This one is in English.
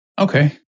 Okay